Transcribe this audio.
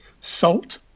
Salt